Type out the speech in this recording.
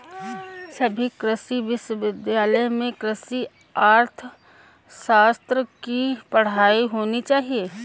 सभी कृषि विश्वविद्यालय में कृषि अर्थशास्त्र की पढ़ाई होनी चाहिए